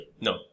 No